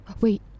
Wait